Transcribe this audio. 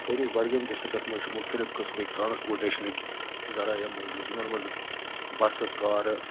سٲنِس بڈگٲمۍ ڈِسٹِرٛکَس منٛز چھِ مختلف قٕسمٕکۍ ٹرٛانَسپوٹیشَنٕکۍ ذرایعہِ موٗجوٗد یِمَن منٛزٕ بَسہٕ کارٕ